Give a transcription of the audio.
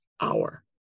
hour